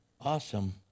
awesome